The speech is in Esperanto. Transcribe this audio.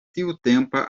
tiutempa